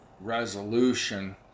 resolution